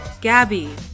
Gabby